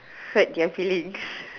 hurt their feelings